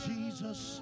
Jesus